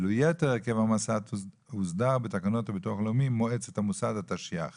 ואילו יתר הרכב המועצה הוסדר בתקנות הביטוח הלאומי (מועצת המוסד) התשי"ח